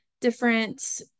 different